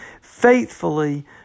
faithfully